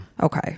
Okay